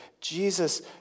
Jesus